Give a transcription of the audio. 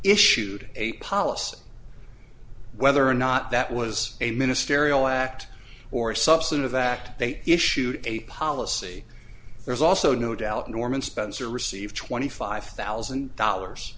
issued a policy whether or not that was a ministerial act or substantive act they issued a policy there's also no doubt norman spencer received twenty five thousand dollars